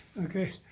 Okay